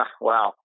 wow